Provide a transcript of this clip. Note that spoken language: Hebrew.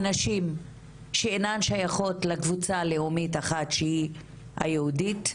הנשים שאינן שייכות לקבוצה לאומית אחת שהיא היהודית,